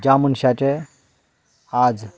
ज्या मनशाचें आयज